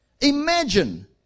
Imagine